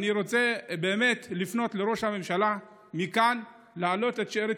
אני רוצה באמת לפנות לראש הממשלה מכאן להעלות את שארית